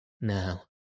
Now